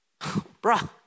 Bruh